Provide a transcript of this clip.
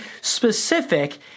specific